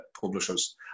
publishers